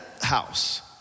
house